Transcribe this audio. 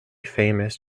famous